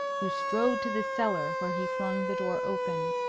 who strode to the cellar, where he flung the door open.